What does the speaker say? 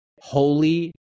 Holy